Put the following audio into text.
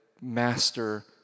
master